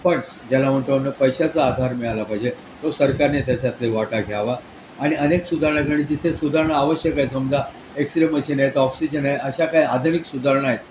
पण ज्याला म्हणतो पैशचा आधार मिळाला पाहिजे तो सरकारने त्याच्यातील वाटा घ्यावा आणि अनेक सुधारणा करणे जिथे सुधारणा आवश्यकए समजा एक्सरे मशीन आहेत ऑक्सिजन आहे अशा काही आधुनिक सुधारणा आहेत